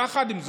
יחד עם זאת,